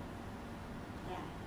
thirty percent